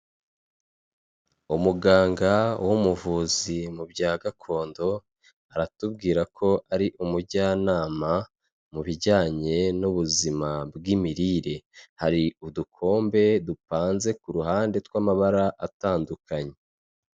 Umuganga w'umuvuzi mu bya gakondo aratubwira ko ari umujyanama mu bijyanye n'ubuzima bw'imirire hari udukombe dupanze ku ruhande tw'amabara atandukanye.